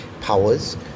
powers